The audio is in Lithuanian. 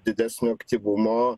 didesnio aktyvumo